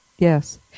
Yes